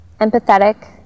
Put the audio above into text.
empathetic